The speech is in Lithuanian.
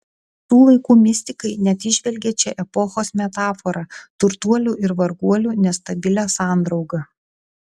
tų laikų mistikai net įžvelgė čia epochos metaforą turtuolių ir varguolių nestabilią sandraugą